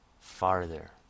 farther